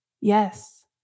Yes